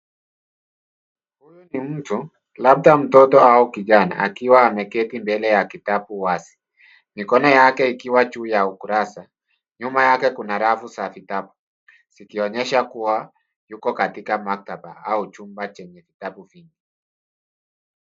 Huyu ni mtu, labda mtoto au kijana akiwa ameketi mbele ya kitabu wazi mikono yake ikiwa juu ya ukurasa. Nyuma yake kuna rafu za vitabu zikionyesha kuwa yuko katika maktaba au chumba chenye vitabu vingi.